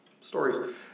stories